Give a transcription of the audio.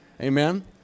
Amen